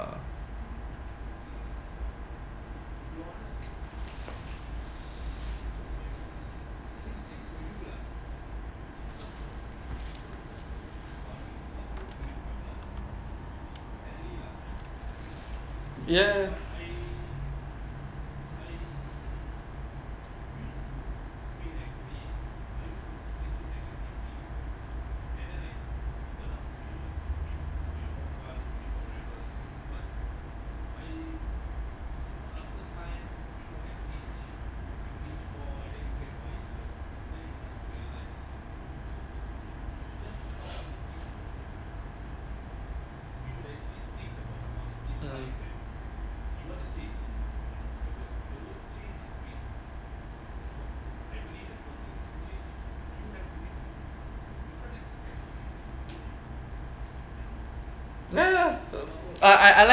uh ya ya ya I I like